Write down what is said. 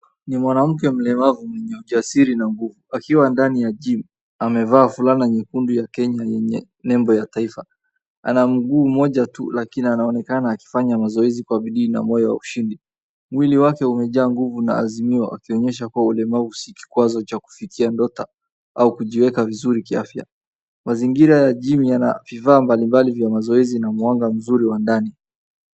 Ni mwanamke mlemavu mwenye ujasiri na nguvu akiwa ndani ya gym .Amevaa fulana nyekundu ya Kenya yenye nemba ya Taifa .Ana mguu mmoja tu lakini anaonekana akifanya mazoezi kwa bidii na moyo wa ushindi .Mwili wake umejaa nguvu na azimio akionyesha kua ulemavu si kikwazo cha kufikia ndoto au kujieka vizuri kiafya .Mazingira ya gym yana vifaa mbali mbali vya mazoezi na mwanga mzuri wa ndani.